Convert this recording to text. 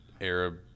Arab